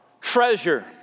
treasure